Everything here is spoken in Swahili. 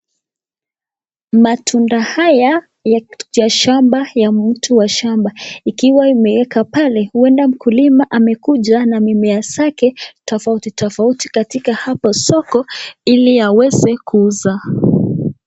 Matunda haya ya shamba ya mtu wa shamba ikiwa imeekwa pale huenda mkulima amekuja mimea zake tofauti tofauti katika hapo soko ili aweze kuuza.